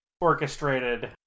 orchestrated